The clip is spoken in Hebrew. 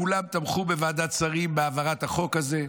כולם בוועדת שרים תמכו בהעברת החוק הזה,